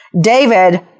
David